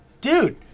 dude